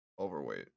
overweight